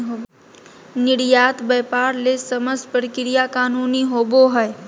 निर्यात व्यापार ले समस्त प्रक्रिया कानूनी होबो हइ